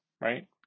right